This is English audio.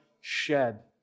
shed